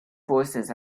forces